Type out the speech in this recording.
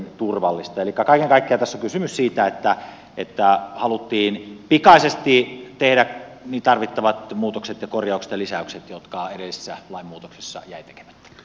elikkä kaiken kaikkiaan tässä on kysymys siitä että haluttiin pikaisesti tehdä tarvittavat muutokset ja korjaukset ja lisäykset jotka edellisissä lainmuutoksissa jäivät tekemättä